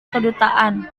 kedutaan